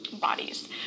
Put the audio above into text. bodies